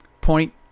Point